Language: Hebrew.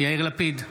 יאיר לפיד,